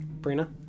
Brina